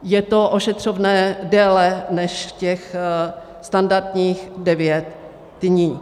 Je to ošetřovné déle než těch standardních devět dní.